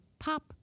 Pop